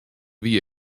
wie